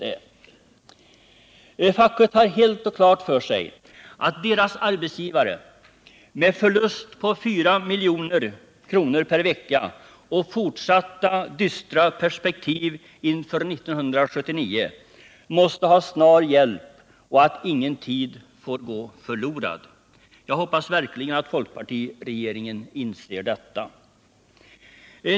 Fackföreningarna har helt klart för sig att deras arbetsgivare, med en förlust på 4 milj.kr. per vecka och fortsatta dystra perspektiv inför 1979, måste ha snar hjälp och att ingen tid får gå förlorad. Jag hoppas verkligen att folkpartiregeringen inser detta.